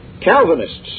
Calvinists